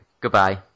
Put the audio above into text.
Goodbye